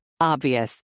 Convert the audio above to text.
Obvious